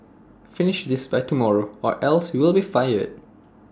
finish this by tomorrow or else you'll be fired